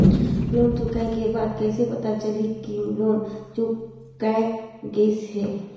Loan चुकाय के बाद कइसे पता चलही कि लोन चुकाय गिस है?